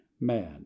Man